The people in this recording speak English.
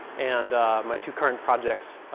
and my two current projects,